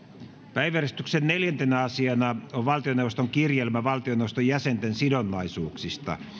päiväjärjestyksen neljäntenä asiana on valtioneuvoston kirjelmä valtioneuvoston jäsenten sidonnaisuuksista